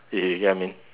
you get what I mean